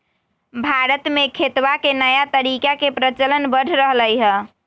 भारत में खेतवा के नया तरीका के प्रचलन बढ़ रहले है